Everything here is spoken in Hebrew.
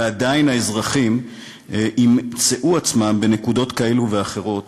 ועדיין האזרחים ימצאו עצמם בנקודות כאלו ואחרות